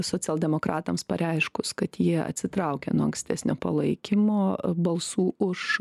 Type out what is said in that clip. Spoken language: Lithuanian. socialdemokratams pareiškus kad jie atsitraukia nuo ankstesnio palaikymo balsų už